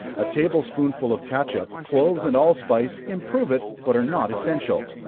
a table spoonful of catsup, cloves and allspice, improve it, but are not essential.